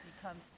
becomes